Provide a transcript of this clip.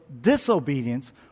disobedience